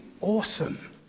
awesome